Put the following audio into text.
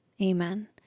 Amen